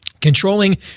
Controlling